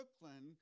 Brooklyn